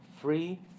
free